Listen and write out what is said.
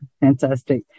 Fantastic